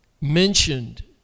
mentioned